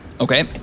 Okay